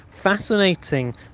fascinating